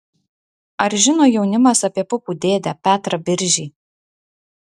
ar žino jaunimas apie pupų dėdę petrą biržį